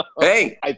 Hey